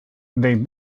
they